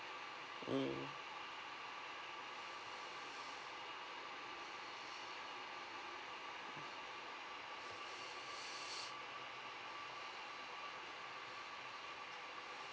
mm